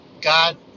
God